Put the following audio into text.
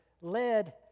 led